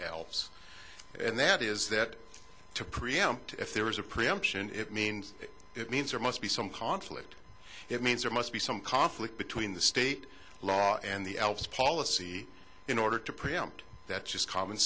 elves and that is that to preempt if there is a preemption it means it means there must be some conflict it means there must be some conflict between the state law and the elves policy in order to preempt that's just common